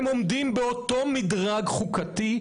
הם עומדים באותו מדרג חוקתי,